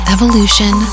Evolution